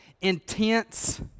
intense